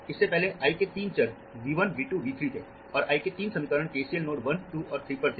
इससे पहले I के तीन चर V 1 V 2 V 3 थे और I के तीन समीकरण KCL नोड 1 2 और 3 पर थे